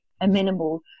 amenable